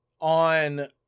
on